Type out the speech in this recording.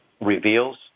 reveals